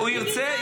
רגע.